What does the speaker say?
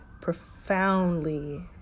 profoundly